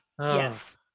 yes